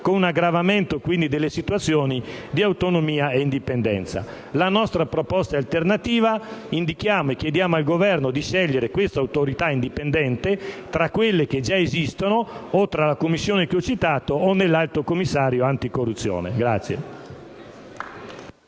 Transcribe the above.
con un aggravamento delle situazioni in termini di autonomia e indipendenza. La nostra proposta è alternativa: chiediamo al Governo di scegliere questa Autorità indipendente tra quelle che già esistono, cioè tra la Commissione che ho citato e l'Alto commissario anticorruzione.